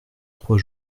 trois